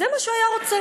זה מה שהוא היה רוצה,